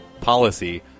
policy